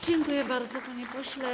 Dziękuję bardzo, panie pośle.